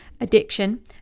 addiction